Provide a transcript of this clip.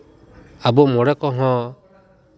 ᱟᱵᱚ ᱢᱚᱬᱮ ᱠᱚᱦᱚᱸ